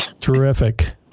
Terrific